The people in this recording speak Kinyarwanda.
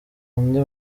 undi